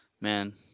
man